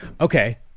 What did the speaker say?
Okay